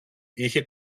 είχε